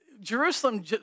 Jerusalem